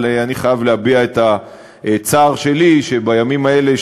אבל אני חייב להביע את הצער שלי שבימים האלה,